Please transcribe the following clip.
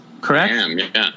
correct